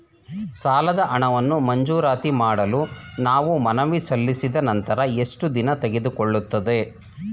ಸಾಲದ ಹಣವನ್ನು ಮಂಜೂರಾತಿ ಮಾಡಲು ನಾವು ಮನವಿ ಸಲ್ಲಿಸಿದ ನಂತರ ಎಷ್ಟು ದಿನ ತೆಗೆದುಕೊಳ್ಳುತ್ತದೆ?